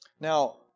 Now